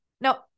Now